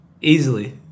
Easily